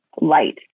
light